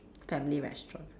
family restaurant